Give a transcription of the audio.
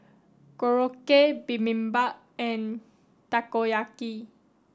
Korokke Bibimbap and Takoyaki